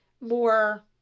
more